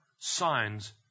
signs